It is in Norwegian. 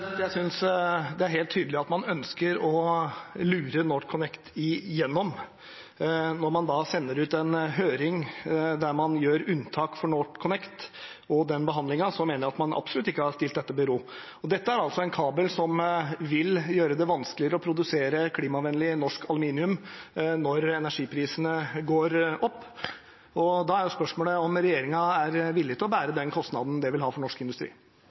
Jeg synes det er helt tydelig at man ønsker å lure NorthConnect igjennom. Når man sender ut en høring der man gjør unntak for NorthConnect og den behandlingen, mener jeg at man absolutt ikke har stilt dette i bero. Dette er en kabel som vil gjøre det vanskeligere å produsere klimavennlig norsk aluminium når energiprisene går opp. Da er spørsmålet om regjeringen er villig til å bære den kostnaden det vil ha for norsk industri.